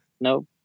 nope